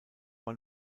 man